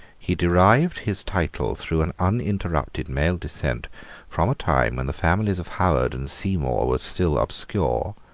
he derived his title through an uninterrupted male descent from a time when the families of howard and seymour were still obscure,